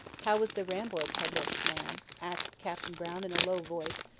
how was the rambler published, ma'am? asked captain brown in a low voice,